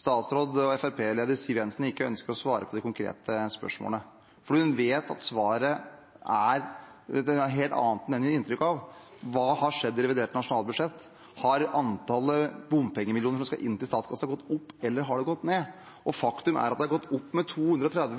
statsråd og Fremskrittsparti-leder Siv Jensen ikke ønsker å svare på de konkrete spørsmålene, for hun vet at svaret er et helt annet enn det hun gir inntrykk av. Hva har skjedd i revidert nasjonalbudsjett? Har antallet bompengemillioner som skal inn til statskassen, gått opp, eller har de gått ned? Faktum er at de har gått opp med 230.